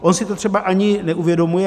On si to třeba ani neuvědomuje.